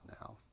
now